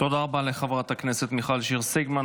תודה רבה לחברת הכנסת מיכל שיר סגמן.